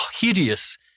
hideous